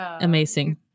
amazing